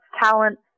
talent